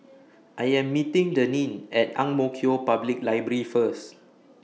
I Am meeting Denine At Ang Mo Kio Public Library First